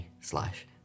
slash